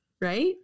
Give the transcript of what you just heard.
Right